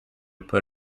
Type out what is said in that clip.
put